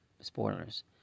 spoilers